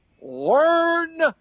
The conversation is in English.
learn